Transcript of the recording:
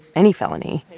any felony,